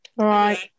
Right